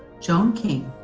joan king,